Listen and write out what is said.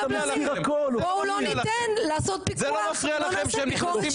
לא ניתן לעשות -- זה לא מפריע לכם שהם נכנסים לשלטון,